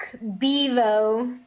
bevo